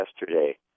yesterday